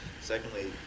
Secondly